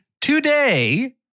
today